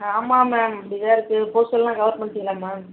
ஆமாம் மேம் அப்படிதான் இருக்குது போஷன்லாம் கவர் பண்ணிட்டிங்களா மேம்